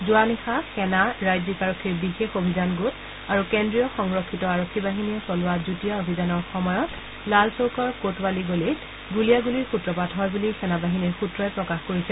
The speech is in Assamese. যোৱা নিশা সেনা ৰাজ্যিক আৰক্ষীৰ বিশেষ অভিযান গোট আৰু কেন্দ্ৰীয় সংৰক্ষিত আৰক্ষী বাহিনীয়ে চলোৱা যুটীয়া অভিযানৰ সময়ত লালচৌকৰ কটৱালি গলিত গুলীয়াণুলীৰ সূত্ৰপাত হয় বুলি সেনাবাহিনীৰ সূত্ৰই প্ৰকাশ কৰিছে